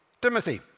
Timothy